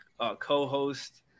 co-host